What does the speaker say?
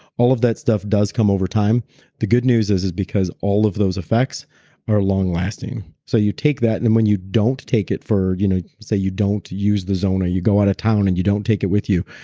all of that stuff does come over time the good news is, is because all of those effects are long lasting. so you take that and then when you don't take it for you know say you don't use the zona, you go out of town and you don't take it with you,